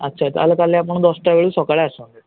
ଆଚ୍ଛା ତା' ହେଲେ କାଲି ଆପଣ ଦଶଟା ବେଳୁ ସକାଳେ ଆସନ୍ତୁ